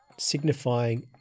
signifying